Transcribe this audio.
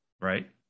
Right